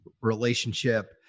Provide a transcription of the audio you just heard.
Relationship